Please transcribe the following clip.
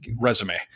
resume